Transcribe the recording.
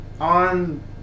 on